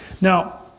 Now